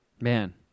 Man